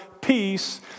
peace